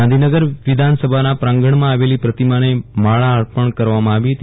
ગાંધીનગર વિધાનસભાના પ્રાંગણમાં આવેલી પ્રતિમાને માળા અર્પણ કરવામાં આવી હતી